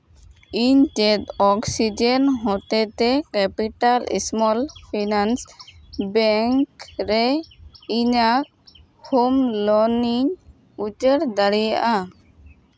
ᱤᱧ ᱪᱮᱫ ᱚᱠᱥᱤᱡᱮᱱ ᱦᱚᱛᱮ ᱛᱮ ᱠᱮᱯᱤᱴᱟᱞ ᱥᱢᱚᱞ ᱯᱷᱤᱱᱟᱱᱥ ᱵᱮᱝᱠ ᱨᱮ ᱤᱧᱟᱹᱜ ᱦᱳᱢ ᱞᱳᱱ ᱤᱧ ᱩᱪᱟᱹᱲ ᱫᱟᱲᱮᱭᱟᱜᱼᱟ